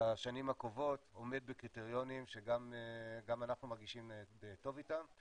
בשנים הקרובות עומד בקריטריונים שגם אנחנו מרגישים טוב איתם,